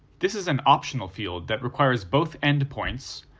this is an optional field that requires both endpoints,